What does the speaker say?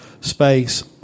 space